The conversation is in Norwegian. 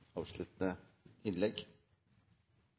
avslutte: